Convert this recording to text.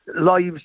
lives